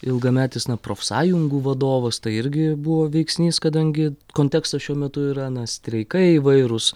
ilgametis na profsąjungų vadovas tai irgi buvo veiksnys kadangi kontekstas šiuo metu yra na streikai įvairūs